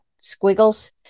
squiggles